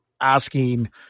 asking